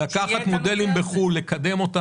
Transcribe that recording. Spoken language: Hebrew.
לקחת מודלים בחו"ל ולקדם אותם.